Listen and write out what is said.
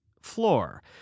floor